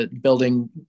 building